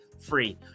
free